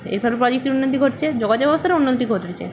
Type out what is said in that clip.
এর প্রযুক্তির উন্নতি ঘটছে যোগাযোগ ব্যবস্থারও উন্নতি ঘটেছে